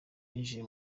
yinjiye